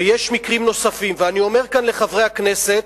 ויש מקרים נוספים, ואני אומר כאן לחברי הכנסת,